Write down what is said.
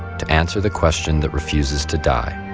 to answer the question that refuses to die